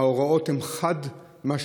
ההוראות הן חד-משמעיות,